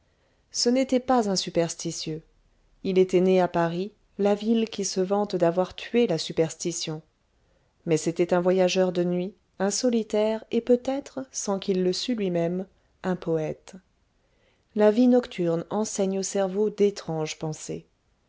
ce n'était pas un superstitieux il était né à paris la ville qui se vante d'avoir tué la superstition mais c'était un voyageur de nuit un solitaire et peut-être sans qu'il le sût lui-même un poète la vie nocturne enseigne au cerveau d'étranges pensées